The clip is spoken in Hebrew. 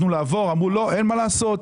אתמול שמעתי,